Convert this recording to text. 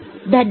धन्यवाद